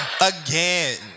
again